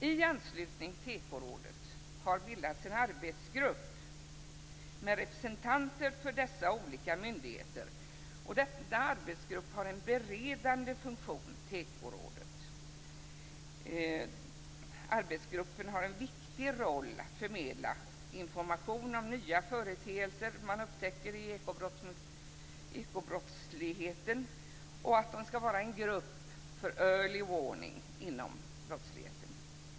I anslutning till Ekorådet har bildats en arbetsgrupp med representanter för dessa olika myndigheter, och denna arbetsgrupp har en beredande funktion till Ekorådet. Arbetsgruppen har en viktig roll att förmedla information om nya företeelser som man upptäcker i ekobrottsligheten, och den ska vara en grupp för early warning inom brottsligheten.